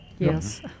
Yes